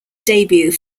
debut